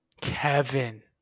Kevin